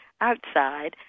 outside